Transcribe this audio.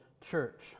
church